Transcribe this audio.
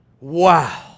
Wow